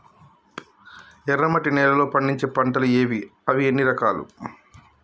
ఎర్రమట్టి నేలలో పండించే పంటలు ఏవి? అవి ఎన్ని రకాలు?